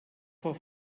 vor